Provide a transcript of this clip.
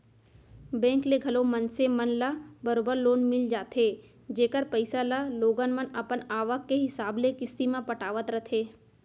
bank ले घलौ मनसे मन ल बरोबर लोन मिल जाथे जेकर पइसा ल लोगन मन अपन आवक के हिसाब ले किस्ती म पटावत रथें